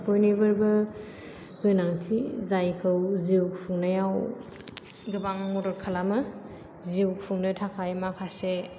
बयनिबो गोनांथि जायखौ जिउ खुंनायाव गोबां मदद खालामो जिउ खुंनो थाखाय माखासे